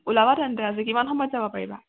ওলাবা তেন্তে আজি কিমান সময়ত যাব পাৰিবা